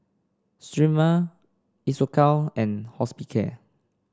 Sterimar Isocal and Hospicare